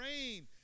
rain